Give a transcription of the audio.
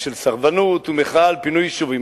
של סרבנות ומחאה על פינוי יישובים.